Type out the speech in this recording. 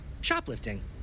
shoplifting